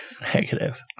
negative